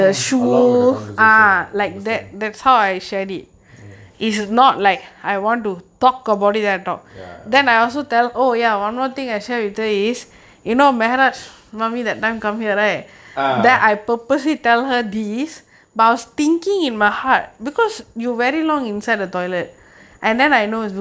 mm along the conversation lah understand mm ya ya understand ah